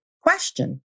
question